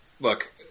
look